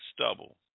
stubble